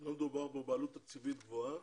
לא מדובר פה בעלות תקציבית גבוהה.